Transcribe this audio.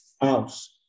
house